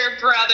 brother